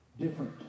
different